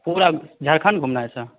पूरा झारखंड घूमना है सर